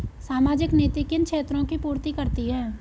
सामाजिक नीति किन क्षेत्रों की पूर्ति करती है?